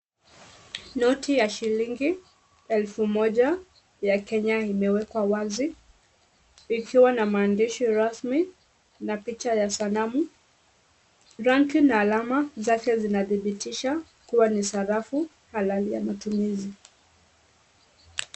Noti ya shillingi elfu moja ya Kenya iliyowekwa wazi ikiwa na maandishi rasmi na picha ya sanamu. Rangi na alama zake zinadhibitisha kuwa ni sarafu halali ya matumizi.